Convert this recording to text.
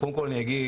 קודם כל אני אגיד,